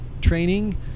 training